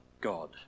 God